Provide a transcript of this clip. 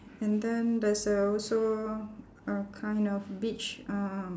and then there's uh also a kind of beach um